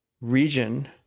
region